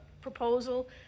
proposal